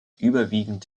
überwiegend